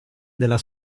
della